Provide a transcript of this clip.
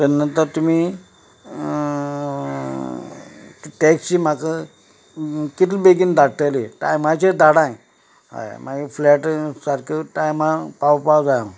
तेन्ना तर तुमी टॅक्सी म्हाका कितलें बेगीन धाडटलें टायमचेर धाडाय हय मागीर फ्लेट सारको टायमान पावपा जाय